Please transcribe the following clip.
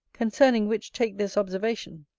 concerning which take this observation,